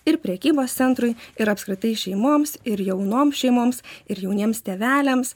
ir prekybos centrui ir apskritai šeimoms ir jaunoms šeimoms ir jauniems tėveliams